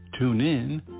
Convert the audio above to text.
TuneIn